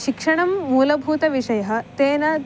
शिक्षणं मूलभूतविषयः तेन